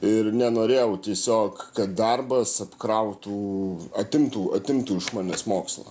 ir nenorėjau tiesiog kad darbas apkrautų atimtų atimtų iš manęs mokslą